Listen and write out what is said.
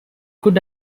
could